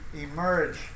emerge